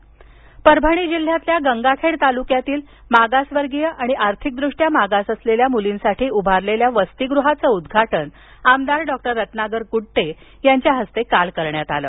वसतीगृह परभणी परभणी जिल्ह्यातील गंगाखेड तालुक्यातील मागासवर्गीय आणि आर्थिकदृष्ट्या मागास असलेल्या मुलींसाठी उभारलेल्या वसतीगृहाचं उद्घाटन आमदार डॉक्टर रत्नाकर गुट्टे यांच्या हस्ते काल करण्यात आलं